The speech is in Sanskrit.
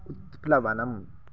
उत्प्लवनम्